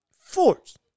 force